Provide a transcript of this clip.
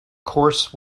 course